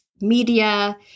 media